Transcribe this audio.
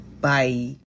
Bye